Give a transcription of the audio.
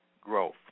growth